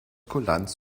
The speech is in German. kulanz